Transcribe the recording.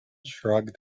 shrugged